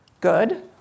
good